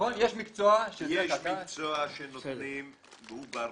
יש מקצוע שנותנים והוא ברור,